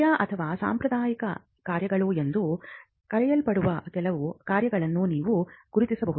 ಹಳೆಯ ಅಥವಾ ಸಾಂಪ್ರದಾಯಿಕ ಕಾರ್ಯಗಳು ಎಂದು ಕರೆಯಲ್ಪಡುವ ಕೆಲವು ಕಾರ್ಯಗಳನ್ನು ನೀವು ಗುರುತಿಸಬಹುದು